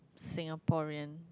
Singaporean